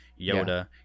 Yoda